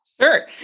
Sure